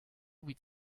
evit